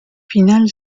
final